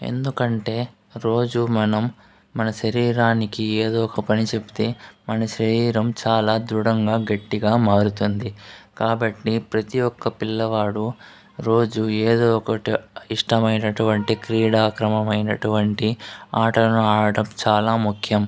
ఎందుకంటే రోజు మనం మన శరీరానికి ఏదో ఒక పని చెప్తే మన శరీరం చాలా దృఢంగా గట్టిగా మారుతుంది కాబట్టి ప్రతి ఒక్క పిల్లవాడు రోజు ఏదో ఒకటి ఇష్టమైనటువంటి క్రీడా క్రమమైనటువంటి ఆటలను ఆడటం చాలా ముఖ్యం